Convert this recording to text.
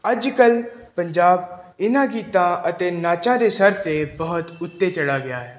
ਅੱਜ ਕੱਲ੍ਹ ਪੰਜਾਬ ਇਹਨਾਂ ਗੀਤਾਂ ਅਤੇ ਨਾਚਾਂ ਦੇ ਸਰ 'ਤੇ ਬਹੁਤ ਉੱਤੇ ਚਲਾ ਗਿਆ ਹੈ